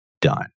done